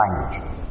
language